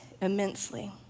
immensely